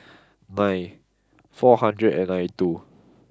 nine four hundred and ninety two